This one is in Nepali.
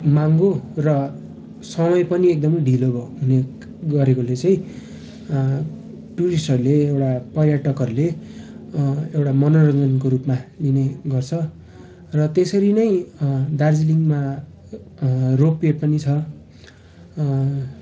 महँगो र समय पनि एकदम ढिलो भयो हुने गरेकोले चाहिँ टुरिस्टहरूले एउटा पर्यटकहरूले एउटा मनोरञ्जनको रूपमा लिने गर्छ र त्यसरी नै दार्जिलिङमा रोपवे पनि छ